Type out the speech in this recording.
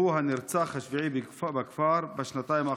הוא הנרצח השביעי בכפר בשנתיים האחרונות.